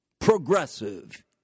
progressive